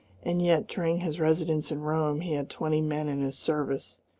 and yet, during his residence in rome he had twenty men in his service.